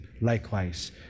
likewise